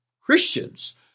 Christians